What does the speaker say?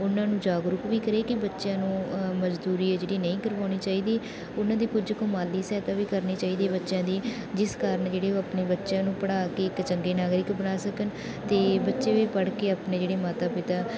ਉਹਨਾਂ ਨੂੰ ਜਾਗਰੂਕ ਵੀ ਕਰੇ ਕਿ ਬੱਚਿਆਂ ਨੂੰ ਮਜ਼ਦੂਰੀ ਹੈ ਜਿਹੜੀ ਨਹੀਂ ਕਰਵਾਉਣੀ ਚਾਹੀਦੀ ਉਹਨਾਂ ਦੀ ਕੁਝ ਕੁ ਮਾਲੀ ਸਹਾਇਤਾ ਵੀ ਕਰਨੀ ਚਾਹੀਦੀ ਹੈ ਬੱਚਿਆਂ ਦੀ ਜਿਸ ਕਾਰਨ ਜਿਹੜੇ ਉਹ ਆਪਣੇ ਬੱਚਿਆਂ ਨੂੰ ਪੜ੍ਹਾ ਕੇ ਇੱਕ ਚੰਗੇ ਨਾਗਰਿਕ ਬਣਾ ਸਕਣ ਅਤੇ ਬੱਚੇ ਵੀ ਪੜ੍ਹ ਕੇ ਆਪਣੇ ਜਿਹੜੇ ਮਾਤਾ ਪਿਤਾ